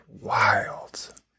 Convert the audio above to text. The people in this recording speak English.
wild